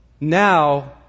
Now